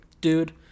dude